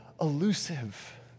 elusive